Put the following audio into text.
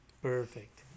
Perfect